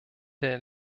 der